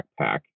backpack